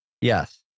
Yes